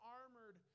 armored